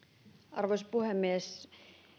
arvoisa puhemies